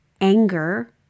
anger